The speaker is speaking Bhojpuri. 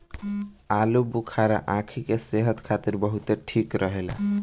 आलूबुखारा आंखी के सेहत खातिर बहुते ठीक रहेला